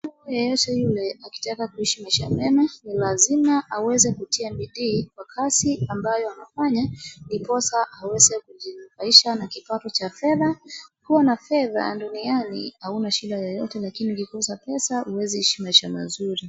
Mtu yeyote yule akitaka kuishi maisha mema ni lazima aweze kutia bidii kwa kazi ambayo anafanya ndiposa aweze kujinufaisha na kipato cha fedha. Kuwa na fedha duniani hauna shida yeyote lakini ukikosa pesa huwezi ishi maisha mazuri.